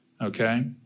okay